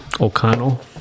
O'Connell